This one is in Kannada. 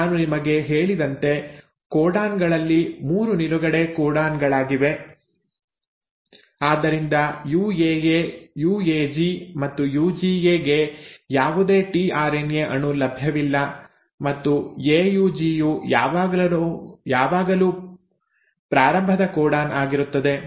ಈಗ ನಾನು ನಿಮಗೆ ಹೇಳಿದಂತೆ ಕೋಡಾನ್ ಗಳಲ್ಲಿ 3 ನಿಲುಗಡೆ ಕೋಡಾನ್ ಗಳಾಗಿವೆ ಆದ್ದರಿಂದ ಯುಎಎ ಯುಎಜಿ ಮತ್ತು ಯುಜಿಎ ಗೆ ಯಾವುದೇ ಟಿಆರ್ಎನ್ಎ ಅಣು ಲಭ್ಯವಿಲ್ಲ ಮತ್ತು ಎಯುಜಿ ಯು ಯಾವಾಗಲೂ ಪ್ರಾರಂಭದ ಕೋಡಾನ್ ಆಗಿರುತ್ತದೆ